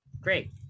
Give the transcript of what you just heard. great